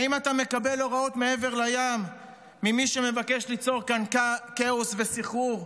האם אתה מקבל הוראות מעבר לים ממי שמבקש ליצור כאן כאוס וסחרור?